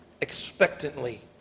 Expectantly